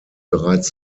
bereits